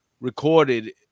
recorded